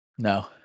No